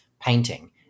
painting